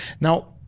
now